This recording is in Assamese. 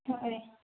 হয়